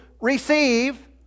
receive